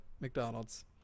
McDonald's